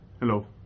Hello